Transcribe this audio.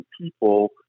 people